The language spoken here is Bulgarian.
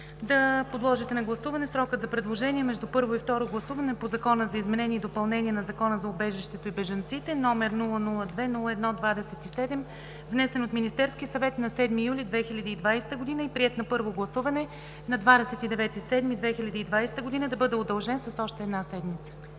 да подложите на гласуване срокът за предложения между първо и второ гласуване по Закона за изменение и допълнение на Закона за убежището и бежанците, № 002-01-27, внесен от Министерския съвет на 7 юли 2020 г. и приет на първо гласуване на 29 юли 2020 г., да бъде удължен с още една седмица.